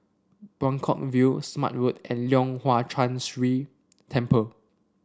Buangkok View Smart Road and Leong Hwa Chan Si Temple